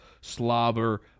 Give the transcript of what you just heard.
slobber